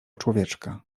człowieczka